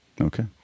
Okay